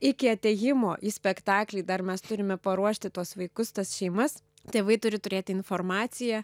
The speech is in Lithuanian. iki atėjimo į spektaklį dar mes turime paruošti tuos vaikus tas šeimas tėvai turi turėti informaciją